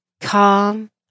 calm